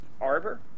Arbor